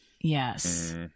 Yes